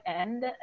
end